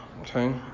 Okay